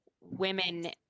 women